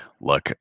look